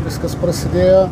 viskas prasidėjo